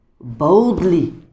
boldly